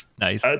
nice